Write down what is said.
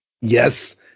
yes